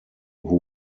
who